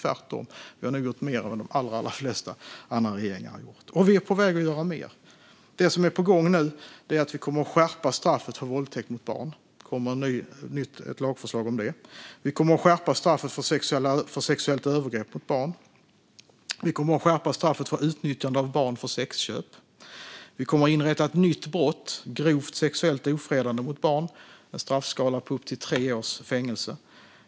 Vi har nog tvärtom gjort mer än de allra flesta andra regeringar har gjort. Och vi är på väg att göra mer. Det som är på gång nu är att vi kommer att skärpa straffet för våldtäkt mot barn. Det kommer ett lagförslag om det. Vi kommer att skärpa straffet för sexuellt övergrepp mot barn. Vi kommer att skärpa straffet för utnyttjande av barn för sexköp. Vi kommer att inrätta en ny brottsrubricering, grovt sexuellt ofredande mot barn, med en straffskala på upp till tre års fängelse.